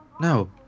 No